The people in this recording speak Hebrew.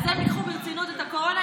אם למורי הדרך,